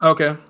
Okay